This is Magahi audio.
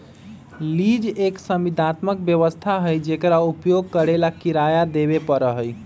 लीज एक संविदात्मक व्यवस्था हई जेकरा उपयोग करे ला किराया देवे पड़ा हई